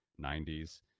90s